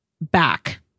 back